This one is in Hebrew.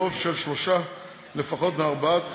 ברוב של שלושה לפחות מארבעת חבריה,